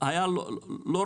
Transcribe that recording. היה לא רלוונטי.